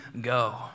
go